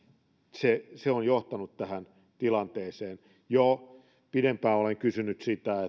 se se on johtanut tähän tilanteeseen jo pidempään olen kysynyt sitä